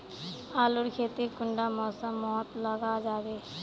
आलूर खेती कुंडा मौसम मोत लगा जाबे?